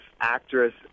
Actress